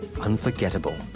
unforgettable